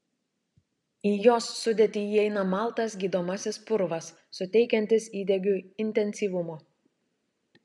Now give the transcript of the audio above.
į jos sudėtį įeina maltas gydomasis purvas suteikiantis įdegiui intensyvumo